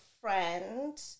friend